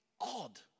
odd